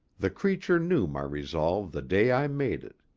the creature knew my resolve the day i made it,